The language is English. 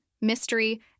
mystery